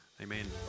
Amen